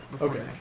Okay